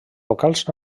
vocals